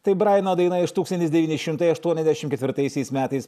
tai brajano daina iš tūkstantis devyni šimtai aštuoniasdešim ketvirtaisiais metais